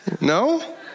No